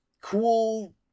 Cool